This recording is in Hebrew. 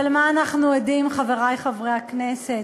אבל למה אנחנו עדים, חברי חברי הכנסת?